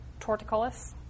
torticollis